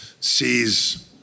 sees